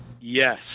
Yes